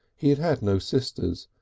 he had had no sisters,